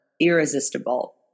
irresistible